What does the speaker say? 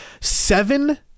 seven